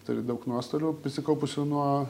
turi daug nuostolių susikaupusių nuo